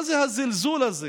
מה הזלזול הזה